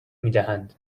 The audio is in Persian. میدهند